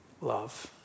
love